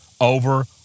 over